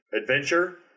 Adventure